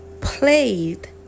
played